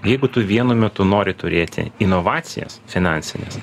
jeigu tu vienu metu nori turėti inovacijas finansines